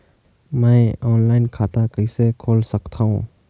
मैं ऑनलाइन खाता कइसे खोल सकथव?